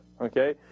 okay